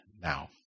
now